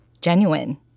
genuine